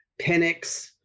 Penix